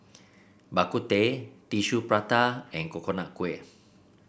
Bak Kut Teh Tissue Prata and Coconut Kuih